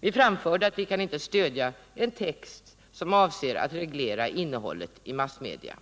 Vi framförde att vi inte kan stödja en text som avser att reglera innehållet i massmedia.